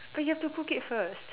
but you have to cook it first